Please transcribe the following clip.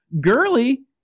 Gurley